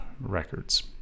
Records